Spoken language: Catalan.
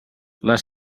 les